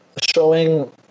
showing –